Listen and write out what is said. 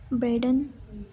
Baden